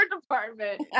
department